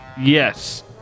Yes